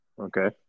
Okay